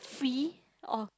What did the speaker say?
free oh